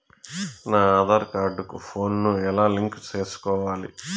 నా ఆధార్ కార్డు కు ఫోను ను ఎలా లింకు సేసుకోవాలి?